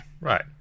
Right